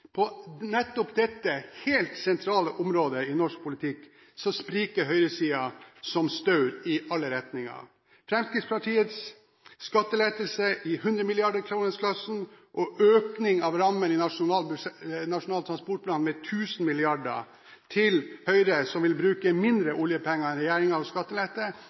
På dette helt sentrale området i norsk politikk spriker høyresiden som staur i alle retninger – fra Fremskrittspartiets skattelettelser i 100 mrd. kronersklassen og økning av rammen til Nasjonal transportplan med 1 000 mrd. kr, til Høyre som vil bruke mindre oljepenger enn regjeringen og skattelette